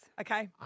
Okay